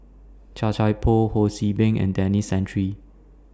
Chia Thye Poh Ho See Beng and Denis Santry